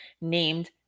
named